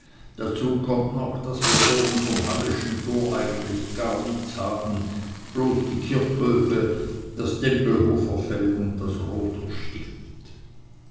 dazu kommt noch daß wir vor unserm hallischen tor eigentlich gar nichts haben bloß die kirchhöfe das tempelhofer feld und das rotherstift